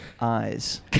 Eyes